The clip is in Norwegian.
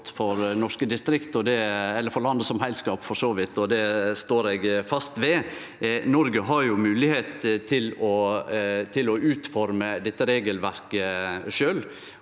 for norske distrikt – eller for landet som heilskap, for så vidt – og det står eg fast ved. Noreg har jo moglegheit til å forme ut dette regelverket sjølv,